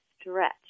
stretch